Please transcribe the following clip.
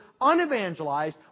unevangelized